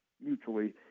mutually